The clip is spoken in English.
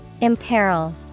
Imperil